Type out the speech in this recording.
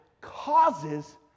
causes